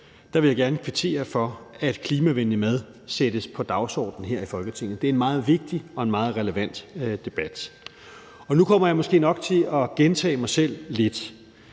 – vil jeg gerne kvittere for, at klimavenlig mad sættes på dagsordenen her i Folketinget. Det er en meget vigtig og meget relevant debat. Og nu kommer jeg måske nok til at gentage mig selv lidt: